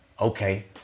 okay